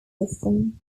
system